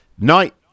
Night